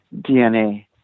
DNA